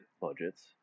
budgets